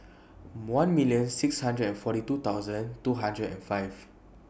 one million six hundred and forty two thousand two hundred and five